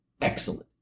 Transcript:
excellent